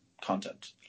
content